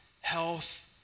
health